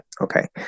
okay